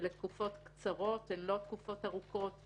אלה תקופות קצרות, הן לא תקופות ארוכות.